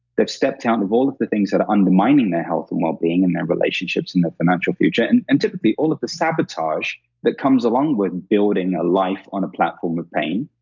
they've stepped out of all of the things that are undermining their health and wellbeing and their relationships and their financial future. and and typically, all of the sabotage that comes along with building a life on a platform of pain,